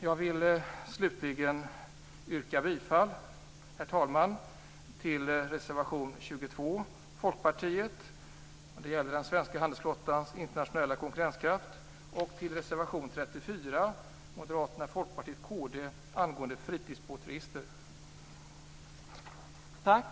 Jag vill slutligen yrka bifall till reservation 22 från Folkpartiet, angående den svenska handelsflottans internationella konkurrenskraft, och till reservation 34 från Moderaterna, Folkpartiet och